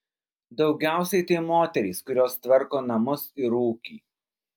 daugiausiai tai moterys kurios tvarko namus ir ūkį